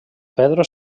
pedro